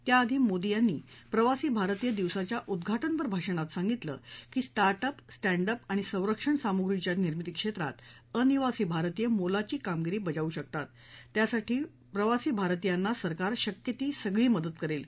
त्याआधी मोदी यांनी प्रवासी भारतीय दिवसाच्या उद्घाटनपर भाषणात सांगितलं की स्टार्टअप स्टँडअप आणि संरक्षण सामुग्रीच्या निर्मिती क्षेत्रात अनिवासी भारतीय मोलाची कामगिरी बजावू शकतात त्यासाठी प्रवासी भारतीयांना सरकार शक्य ती सगळी मदत करेल